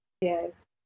Yes